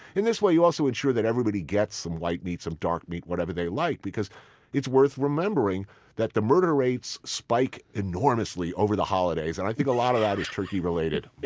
in this way, you also ensure that everybody gets some white meat, some dark meat, whatever they like because it's worth remembering that the murder rates spike enormously over the holidays. and i think a lot of that is turkey-related